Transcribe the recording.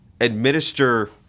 administer